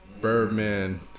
Birdman